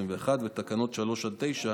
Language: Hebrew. ותקנות 3 עד 9,